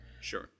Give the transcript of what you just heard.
Sure